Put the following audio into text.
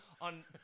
on